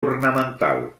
ornamental